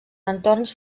entorns